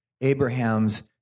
Abraham's